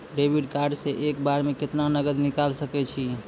Debit card से एक बार मे केतना नगद निकाल सके छी?